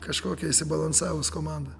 kažkokia išsibalansavus komanda